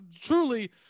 truly